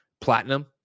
platinum